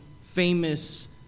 famous